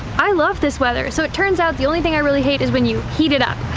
i love this weather! so it turns out the only thing i really hate is when you heat it up.